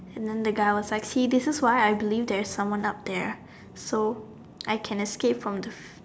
and then the guy was like she this is why I believe that there is someone up there so I can escape from death